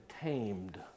tamed